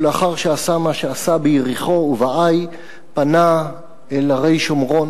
ולאחר מה שעשה ביריחו ובעי פנה אל הרי שומרון,